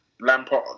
Lampard